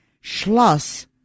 Schloss